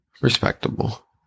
Respectable